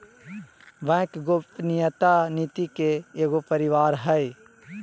bank गोपनीयता नीति के एगो परिवार हइ